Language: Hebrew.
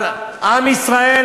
אבל עם ישראל,